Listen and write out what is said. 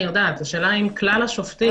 האם כלל השופטים יודעים?